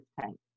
tank